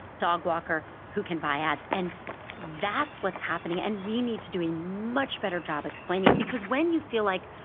dog walker, walker, who can buy ads. and that's what's happening. and we need to do a much better job explaining it. because when you feel like,